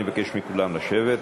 אני מבקש מכולם לשבת.